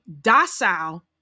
docile